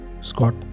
Scott